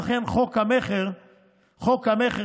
ולכן חוק המכר שעבר,